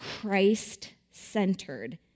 Christ-centered